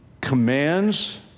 commands